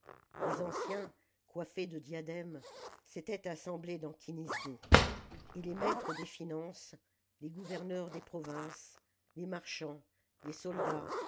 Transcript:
les anciens coiffés de diadèmes s'étaient assemblés dans kinisdo et les maîtres des finances les gouverneurs des provinces les marchands les soldats